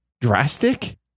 drastic